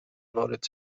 وارد